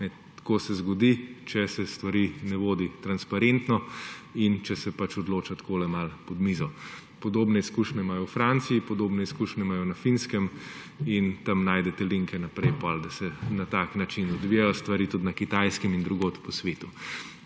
Tako se zgodi, če se stvari ne vodi transparentno in če se odloča takole, malo pod mizo. Podobne izkušnje imajo v Franciji, podobne izkušnje imajo na Finskem in tam najdete linke, da se na tak način odvijajo stvari tudi na Kitajskem in drugod po svetu.